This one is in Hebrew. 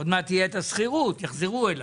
עוד מעט תהיה השכירות, יחזרו אליי.